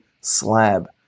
slab